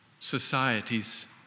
Societies